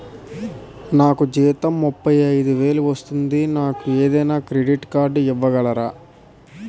నాకు జీతం ముప్పై ఐదు వేలు వస్తుంది నాకు ఏదైనా క్రెడిట్ కార్డ్ ఇవ్వగలరా?